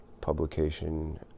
publication